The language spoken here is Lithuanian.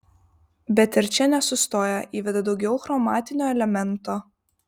bet ir čia nesustoja įveda daugiau chromatinio elemento